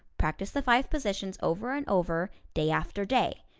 practice the five positions over and over, day after day.